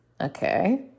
Okay